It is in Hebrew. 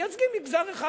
מייצגים מגזר אחד,